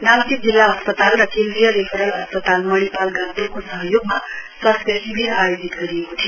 नाम्ची जिल्ला अस्पताल र केन्द्रीय रेफरल अस्पताल मणिपाल गान्तोकको सहयोगमा स्वास्थ्य शिविर आयोजित गरिएको थियो